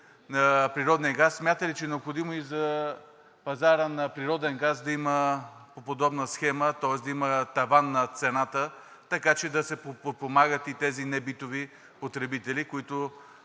Ви питам: смятате ли, че е необходимо и за пазара на природен газ да има подобна схема, тоест да има таван на цената, така че да се подпомагат и тези небитови потребители, които,